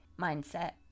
mindset